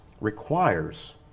requires